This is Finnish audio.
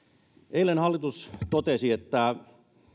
eilen hallitus totesi että